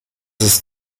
ist